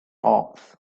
hawks